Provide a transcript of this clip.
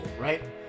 right